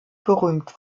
berühmt